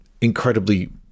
incredibly